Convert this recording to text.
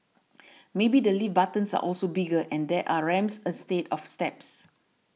maybe the lift buttons are also bigger and there are ramps instead of steps